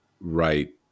right